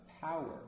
power